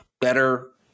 better